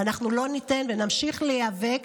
ואנחנו לא ניתן ונמשיך להיאבק.